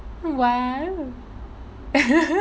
!wow!